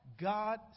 God